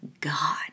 God